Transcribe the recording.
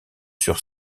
sur